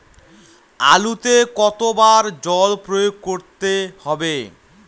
আলুতে কতো বার জল প্রয়োগ করতে হবে?